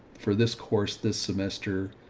for this course, this semester,